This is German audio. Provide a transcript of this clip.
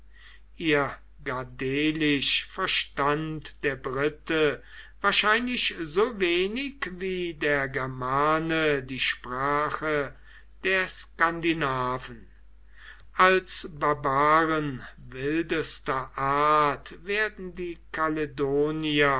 ihr gadhelisch verstand der brite wahrscheinlich so wenig wie der germane die sprache der skandinaven als barbaren wildester art werden die